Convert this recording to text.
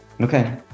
okay